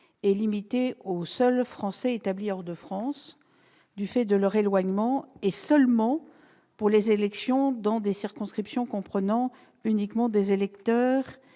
n'est offerte qu'aux Français établis hors de France, du fait de leur éloignement, et cela seulement pour les élections dans des circonscriptions comprenant uniquement des électeurs